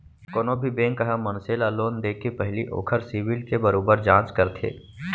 कोनो भी बेंक ह मनसे ल लोन देके पहिली ओखर सिविल के बरोबर जांच करथे